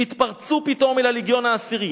"התפרצו פתאום אל הלגיון העשירי,